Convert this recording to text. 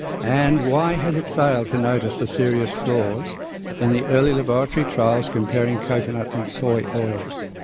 and why has it failed to notice the serious flaws in the early laboratory trials comparing coconut and soy oils?